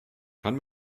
kann